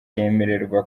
yemererwa